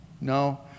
No